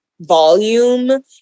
volume